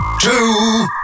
two